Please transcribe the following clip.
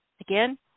again